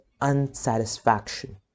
unsatisfaction